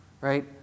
right